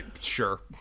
Sure